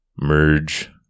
merge